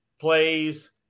plays